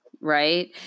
right